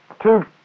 Two